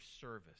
service